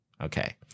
Okay